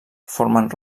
formen